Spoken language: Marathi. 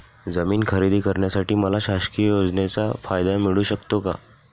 जमीन खरेदी करण्यासाठी मला शासकीय योजनेचा फायदा मिळू शकतो का?